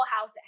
house